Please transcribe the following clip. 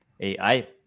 AI